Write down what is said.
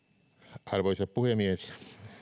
arvoisa puhemies